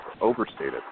overstated